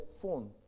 phone